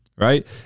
right